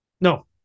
No